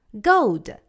Gold